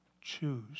choose